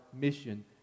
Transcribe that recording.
mission